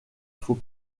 faut